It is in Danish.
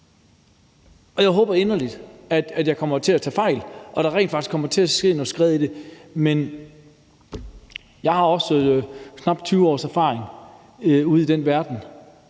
Jeg håber inderligt, at jeg kommer til at tage fejl, og at der rent faktisk kommer skred i det, men jeg har også knap 20 års erfaring i den verden,